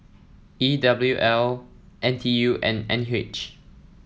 E W L N T U and N U H